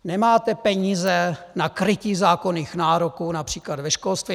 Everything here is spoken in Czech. Nemáte peníze na krytí zákonných nároků, například ve školství.